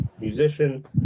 musician